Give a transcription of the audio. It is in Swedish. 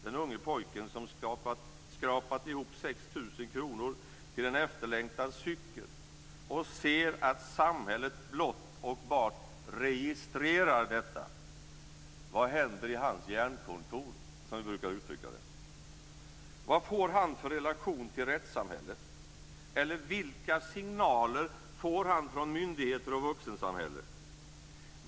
Den unge pojken som skrapat ihop 6 000 kr till en efterlängtad cykel och ser att samhället blott och bar registrerar detta, vad händer i hans hjärnkontor, som vi brukar uttrycka det? Vad får han för relation till rättssamhället? Eller vilka signaler får han från myndigheter och vuxensamhälle?